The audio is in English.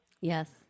Yes